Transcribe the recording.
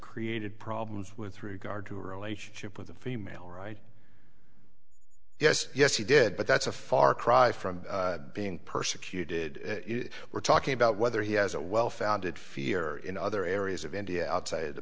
created problems with regard to relationship with the female right yes yes he did but that's a far cry from being persecuted if we're talking about whether he has a well founded fear in other areas of india outside